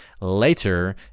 later